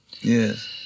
Yes